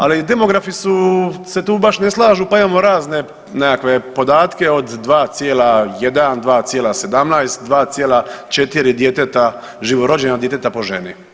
Ali demografi se tu baš ne slažu, pa imamo razne nekakve podatke od 2,1, 2,17, 2,4 djeteta, živorođena djeteta po ženi.